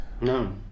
No